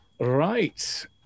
Right